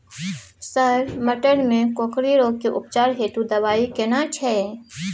Sir टमाटर में कोकरि रोग के उपचार हेतु दवाई केना छैय?